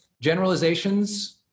Generalizations